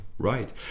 Right